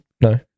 No